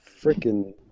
freaking